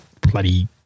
bloody